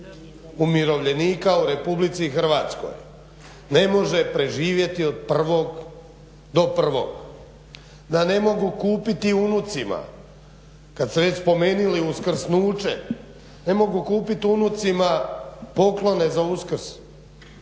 umirovljenika u RH ne može preživjeti od prvog do prvog, da ne mogu kupiti unucima kad ste već spomenili uskrsnuće, ne mogu kupit unucima poklone za Uskrs,